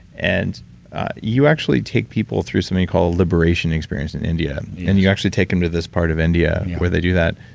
and you actually take people through something called liberation experience in india and you actually taken them to this part of india where they do that.